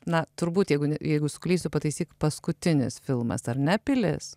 na turbūt jeigu ne jeigu suklysiu pataisyk paskutinis filmas ar ne pilis